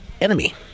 enemy